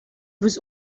was